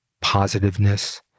positiveness